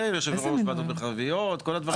יושב ראש וועדות מרחביות, כל הדברים האלה.